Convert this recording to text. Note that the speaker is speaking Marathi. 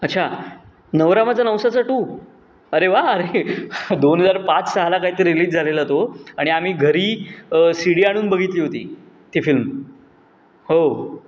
अच्छा नवरा माझा नवसाचा टू अरे वा अरे दोन हजार पाच सहाला काहीतरी रिलीज झालेला तो आणि आम्ही घरी सि डी आणून बघितली होती ती फिल्म हो